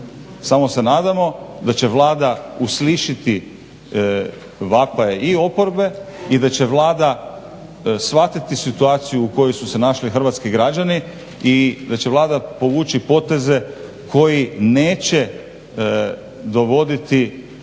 Samo se nadamo da će Vlada uslišati vapaje i oporbe i da će Vlada shvatiti situaciju u kojoj su se našli hrvatski građani i da će Vlada povući poteze koji neće dovoditi